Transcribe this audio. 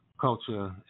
culture